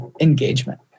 engagement